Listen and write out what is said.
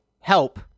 Help